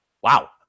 Wow